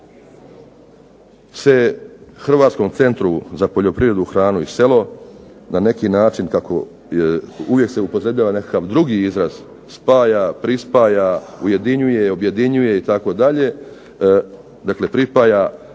Hrvatskom centru za poljoprivredu, hranu i selo na neki način kako uvijek se upotrebljava nekakav drugi izraz spaja, prispaja, ujedinjuje, objedinjuje itd. Dakle, pripaja